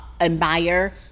admire